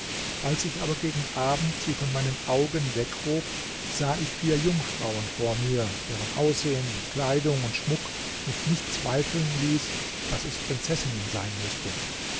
als ich aber gegen abend sie von meinen augen weghob sah ich vier jungfrauen vor mir deren aussehen kleidung und schmuck mich nicht zweifeln ließ daß es prinzessinnen sein müßten